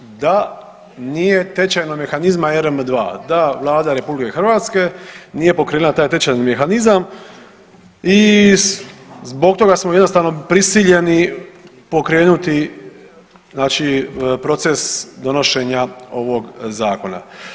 da nije tečajnog mehanizma ERM II, da Vlada RH nije pokrenula taj tečajni mehanizam i zbog toga smo jednostavno prisiljeni pokrenuti znači proces donošenja ovog zakona.